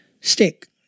stick